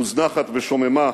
מוזנחת ושוממה,